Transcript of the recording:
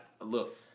Look